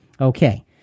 Okay